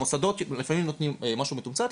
המוסדות לפעמים נותנים משהו מתומצת,